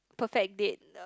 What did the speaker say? perfect date